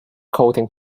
coating